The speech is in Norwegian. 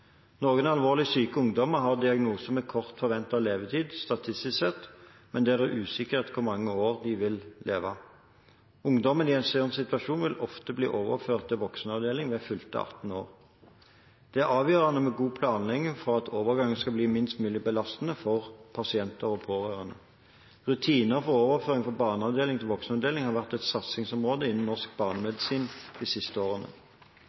Noen alvorlig syke ungdommer har diagnoser med kort forventet levetid statistisk sett, men der det er usikkert hvor mange år de vil leve. Ungdommer i en slik situasjon vil ofte bli overført til voksenavdeling ved fylte 18 år. Det er avgjørende med god planlegging for at overgangen skal bli minst mulig belastende for pasient og pårørende. Rutiner for overføring fra barneavdeling til voksenavdeling har vært et satsingsområde innen norsk barnemedisin de siste årene.